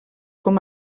com